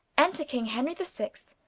enter king henry the sixt,